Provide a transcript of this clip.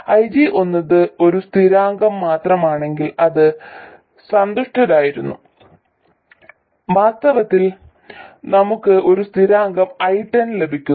IG എന്നത് ഒരു സ്ഥിരാങ്കം മാത്രമാണെങ്കിൽ ഞങ്ങൾ സന്തുഷ്ടരായിരുന്നു വാസ്തവത്തിൽ നമുക്ക് ഒരു സ്ഥിരാങ്കം I10 ലഭിക്കുന്നു